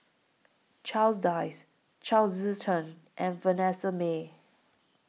Charles Dyce Chao Tzee Cheng and Vanessa Mae